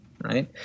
right